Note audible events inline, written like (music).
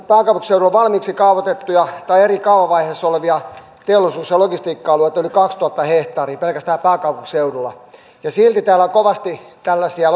pääkaupunkiseudulla on valmiiksi kaavoitettuja tai eri kaavavaiheissa olevia teollisuus ja logistiikka alueita yli kaksituhatta hehtaaria pelkästään pääkaupunkiseudulla ja silti täällä kovasti tällaisia (unintelligible)